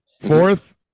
Fourth